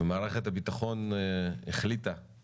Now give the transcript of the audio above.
ומערכת הביטחון החליטה,